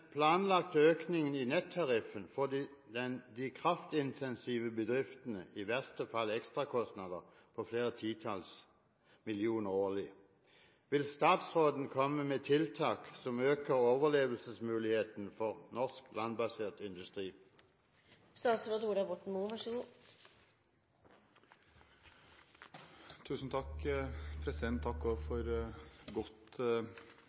planlagte økningen i nettariffen får de kraftintensive bedriftene i verste fall ekstrakostnader på flere titalls millioner årlig. Vil statsråden komme med tiltak som øker overlevelsesmulighetene for norsk landbasert industri?» Takk for et godt